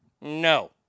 No